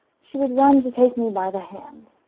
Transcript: she would run to take me by the hand.